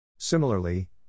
Similarly